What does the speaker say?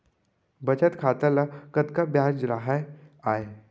बचत खाता ल कतका ब्याज राहय आय?